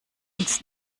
uns